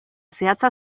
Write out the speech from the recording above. zehatza